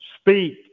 speak